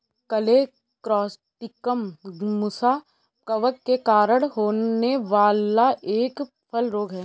colletotrichum मुसा कवक के कारण होने वाला एक फल रोग है